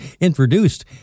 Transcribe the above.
introduced